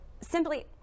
simply